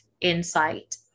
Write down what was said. insight